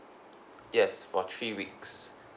yes for three weeks